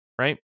right